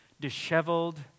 disheveled